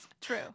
true